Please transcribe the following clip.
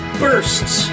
bursts